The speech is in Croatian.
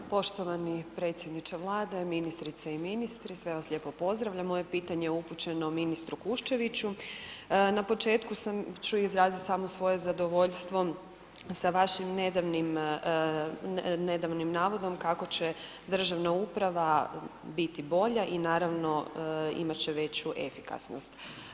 Poštovani predsjedniče Vlade, ministrice i ministri, sve vas lijepo pozdravljam, moje pitanje je upućeno ministru Kuščeviću, na početku ću samo izrazit svoje zadovoljstvo sa vašim nedavnim navodom kako će državna uprava biti bolja i naravno imat će veću efikasnost.